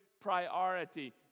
priority